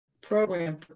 program